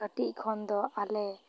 ᱠᱟᱹᱴᱤᱡ ᱠᱷᱚᱱ ᱫᱚ ᱟᱞᱮ